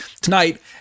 tonight